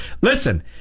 Listen